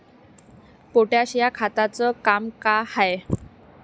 Potash या खताचं काम का हाय?